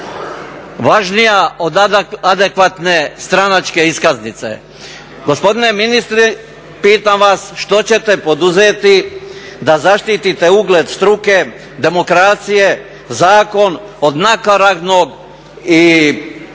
važnija od adekvatne stranačke iskaznice. Gospodine ministre pitam vas što ćete poduzeti da zaštitite ugled struke, demokracije, zakon od nakaradnog i